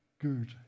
good